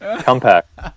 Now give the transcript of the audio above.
Compact